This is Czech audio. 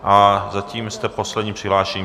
A zatím jste poslední přihlášený.